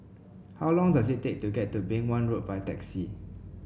how long does it take to get to Beng Wan Road by taxi